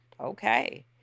Okay